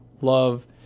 love